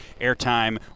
Airtime